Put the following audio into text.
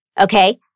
okay